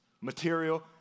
material